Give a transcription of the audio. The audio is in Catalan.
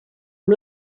amb